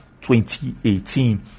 2018